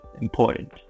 important